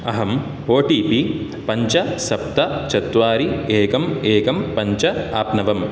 अहम् O T P पञ्च सप्त चत्वारि एकम् एकं पञ्च आप्नवम्